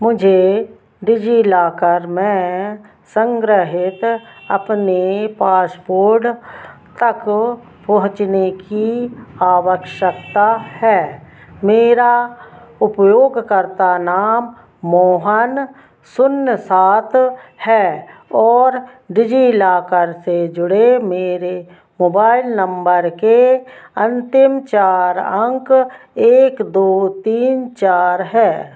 मुझे डिजीलॉकर में संग्रहित अपने पासपोर्ड तक पहुँचने की आवश्यकता है मेरा उपयोगकर्ता नाम मोहन शून्य सात है और डिजीलॉकर से जुड़े मेरे मोबाइल नम्बर के अन्तिम चार अंक एक दो तीन चार है